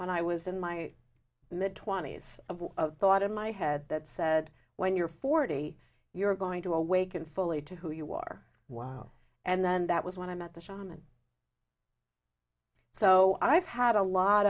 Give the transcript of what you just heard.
when i was in my mid twenty's of a thought in my head that said when you're forty you're going to awaken fully to who you are wow and then that was when i met the shonen so i've had a lot